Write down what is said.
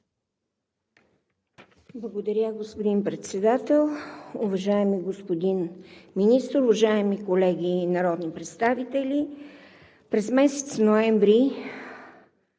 Благодаря, господин Председател. Уважаеми господин Министър, уважаеми колеги народни представители! През месец ноември